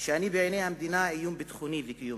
שבעיני המדינה אני איום ביטחוני וקיומי.